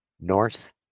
North